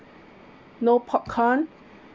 no popcorn